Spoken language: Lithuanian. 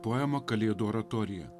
poemą kalėdų oratorija